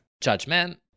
judgment